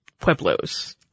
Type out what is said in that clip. Pueblos